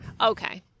Okay